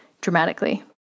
dramatically